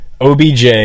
OBJ